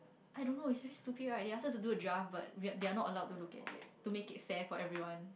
I don't know it's very stupid right they ask us to do a draft but they're not allowed to look at it to make it fair for everyone